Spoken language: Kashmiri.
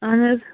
اَہَن حظ